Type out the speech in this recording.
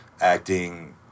acting